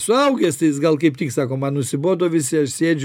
suaugęs tai jis gal kaip tik sako man nusibodo visi aš sėdžiu